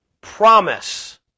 promise